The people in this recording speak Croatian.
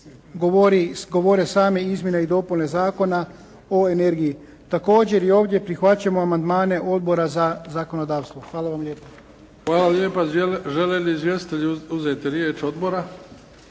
govore same izmjene i dopune Zakona o energiji. Također, i ovdje prihvaćamo amandmane Odbora za zakonodavstvo. Hvala vam lijepo. **Bebić, Luka (HDZ)** Hvala lijepa. Žele li izvjestitelji uzeti riječ odbora?